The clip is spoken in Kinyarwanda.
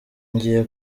ngiye